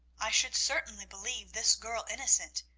i should certainly believe this girl innocent,